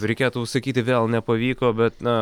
reikėtų sakyti vėl nepavyko bet na